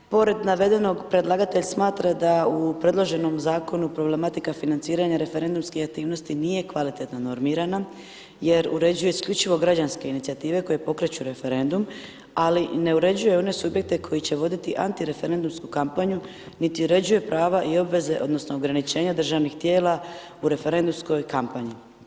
Pored navedenog, predlagatelj smatra da u predloženom zakonu problematika financiranja referendumske aktivnosti nije kvalitetno normirana jer uređuje isključivo građanske inicijative koje pokreću referendum, ali ne uređuje one subjekte koji će voditi antireferendumsku kampanju niti uređuje prava i obveze odnosno ograničenja državnih tijela u referendumskoj kampanji.